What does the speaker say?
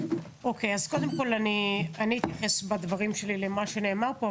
אני אתייחס בדברים שלי למה שנאמר פה,